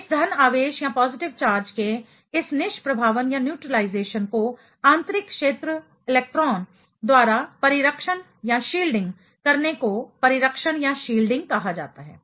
तो इस धन आवेश के इस निष्प्रभावन न्यूट्रलाइजेशन को आंतरिक क्षेत्र इलेक्ट्रॉन द्वारा परिरक्षण शील्डिंग करने को परिरक्षण शील्डिंग कहा जाता है